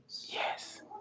Yes